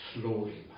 slowly